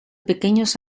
pequeños